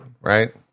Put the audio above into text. Right